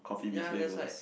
ya that's why